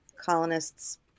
colonists